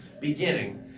beginning